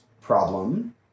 problem